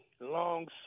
long